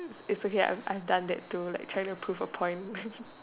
is okay I've I have done that too like trying to prove a point